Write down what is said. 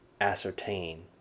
ascertain